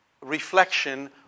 reflection